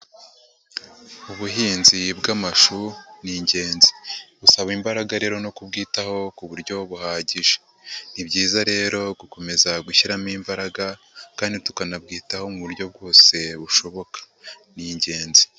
Ubuhinzi bw'amashuri ni ingenzi, busaba imbaraga rero no kubwitaho ku buryo buhagije, ni byiza rero gukomeza gushyiramo imbaraga kandi tukanabyitaho mu buryo bwose bushoboka, ni ingenzi.